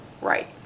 Right